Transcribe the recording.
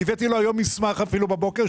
אני הבאתי היום מסמך אפילו בבוקר,